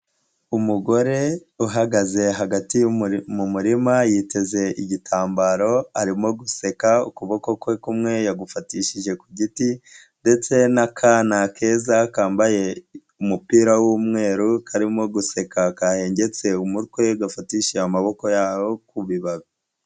Umugore uhagaze hagati mu murima yiteze igitambaro, arimo guseka ukuboko kwe kumwe yagufatishije ku giti, ndetse n'akana keza kambaye umupira w'umweru karimo guseka kahengetse umukwe gafatishije amaboko ya ku bibabi.